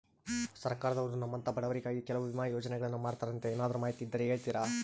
ಸರ್ಕಾರದವರು ನಮ್ಮಂಥ ಬಡವರಿಗಾಗಿ ಕೆಲವು ವಿಮಾ ಯೋಜನೆಗಳನ್ನ ಮಾಡ್ತಾರಂತೆ ಏನಾದರೂ ಮಾಹಿತಿ ಇದ್ದರೆ ಹೇಳ್ತೇರಾ?